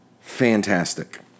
Fantastic